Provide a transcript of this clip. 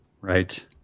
Right